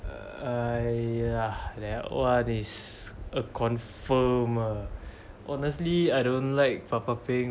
err I ya !wah! what is a confirmed uh honestly I don't like for papa king